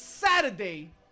Saturday